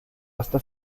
hasta